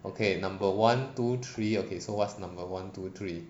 okay number one two three okay so what's number one two three